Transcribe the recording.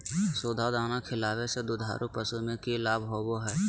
सुधा दाना खिलावे से दुधारू पशु में कि लाभ होबो हय?